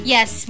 Yes